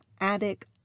attic